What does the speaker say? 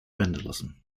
vandalism